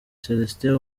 celestin